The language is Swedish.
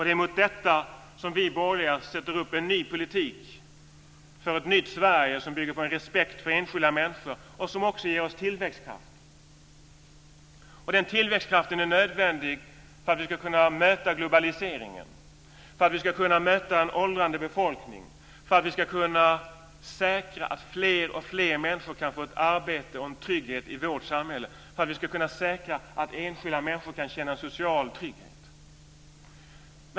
Det är mot detta som vi borgerliga sätter upp en ny politik för ett nytt Sverige som bygger på respekt för enskilda människor och som också ger oss tillväxtkraft. Den tillväxtkraften är nödvändig för att vi ska kunna möta globaliseringen och en åldrande befolkning, för att vi ska kunna säkra att alltfler människor kan få ett arbete och en trygghet i vårt samhället och för att vi ska kunna säkra att enskilda människor kan känna social trygghet.